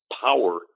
power